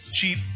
cheap